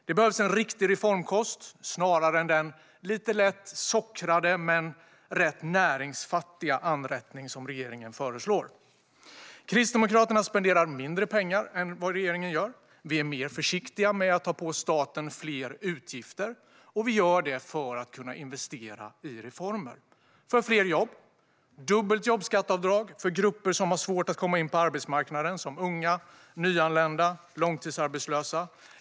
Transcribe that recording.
Det behövs en riktig reformkost, snarare än den lite lätt sockrade men ganska näringsfattiga anrättning som regeringen föreslår. Kristdemokraterna spenderar mindre pengar än regeringen. Vi är mer försiktiga med att lägga på staten fler utgifter, för att vi vill kunna investera i reformer. För att skapa fler jobb föreslår vi dubbelt jobbskatteavdrag för grupper som har svårt att komma in på arbetsmarknaden, som unga, nyanlända och långtidsarbetslösa.